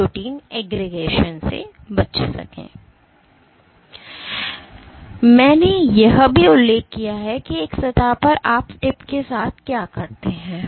तो मैंने यह भी उल्लेख किया है कि एक सतह पर आप टिप के साथ क्या करते हैं